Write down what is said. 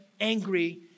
angry